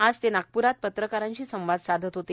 आज ते नागपूरात पत्रकारांशी संवाद साधत होते